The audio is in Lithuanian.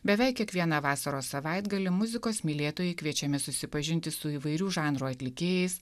beveik kiekvieną vasaros savaitgalį muzikos mylėtojai kviečiami susipažinti su įvairių žanrų atlikėjais